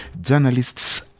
journalists